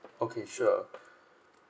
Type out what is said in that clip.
okay sure